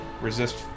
resist